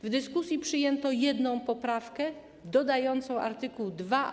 W dyskusji przyjęto jedną poprawkę, dodającą art. 2a.